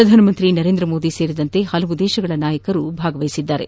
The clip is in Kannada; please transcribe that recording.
ಪ್ರಧಾನಮಂತ್ರಿ ನರೇಂದ್ರಮೋದಿ ಸೇರಿದಂತೆ ಹಲವು ದೇಶಗಳ ನಾಯಕರು ಭಾಗವಹಿಸಿದ್ದಾರೆ